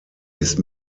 ist